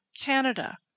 Canada